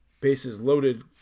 bases-loaded